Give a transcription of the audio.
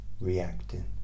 reacting